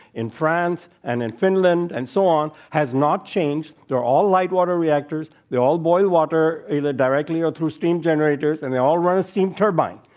in france, and in finland and so on has not changed. they're all lightwater reactors. they all boil water either directly or through steam generators and they all run on a steam turbine.